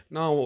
Now